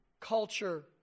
culture